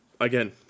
again